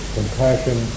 Compassion